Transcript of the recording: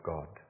God